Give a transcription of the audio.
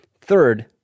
Third